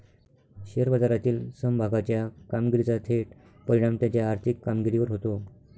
share बाजारातील समभागाच्या कामगिरीचा थेट परिणाम त्याच्या आर्थिक कामगिरीवर होतो